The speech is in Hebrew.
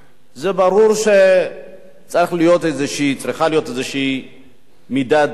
זה ברור שצריכה להיות איזו מידת זהירות.